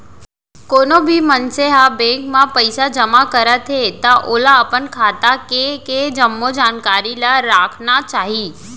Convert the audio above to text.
कोनो भी मनसे ह बेंक म पइसा जमा करत हे त ओला अपन खाता के के जम्मो जानकारी ल राखना चाही